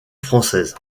française